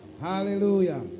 hallelujah